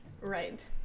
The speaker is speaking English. Right